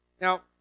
Now